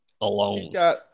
alone